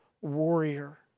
warrior